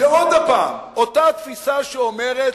זו עוד פעם אותה תפיסה שאומרת: